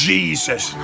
Jesus